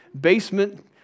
basement